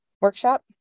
workshop